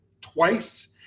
twice